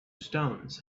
stones